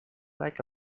lack